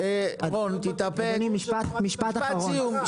משפט סיום,